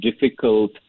difficult